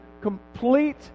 complete